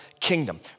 Kingdom